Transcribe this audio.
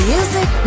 Music